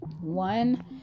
one